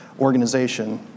Organization